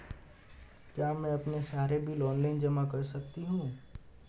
क्या मैं अपने सारे बिल ऑनलाइन जमा कर सकती हूँ?